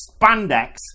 spandex